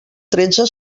tretze